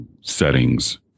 settings